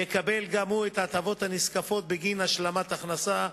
יקבל גם הוא את ההטבות הנזקפות בגין השלמת הכנסה.